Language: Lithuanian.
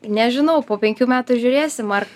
nežinau po penkių metų žiūrėsim ar